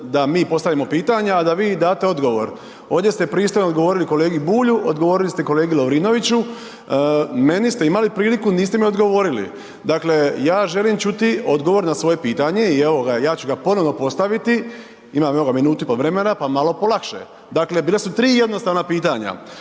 da mi postavljamo pitanja, a da vi date odgovor. Ovdje se pristojno odgovorili kolegi Bulju, odgovorili ste kolegi Lovrinoviću, meni ste imali priliku, niste mi odgovorili. Dakle, ja želim čuti odgovor na svoje pitanje i evo ga, ja ću ga ponovno postaviti, imam evo ga minutu i pol vremena pa malo polakše. Dakle, bila su tri jednostavna pitanja.